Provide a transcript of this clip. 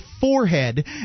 forehead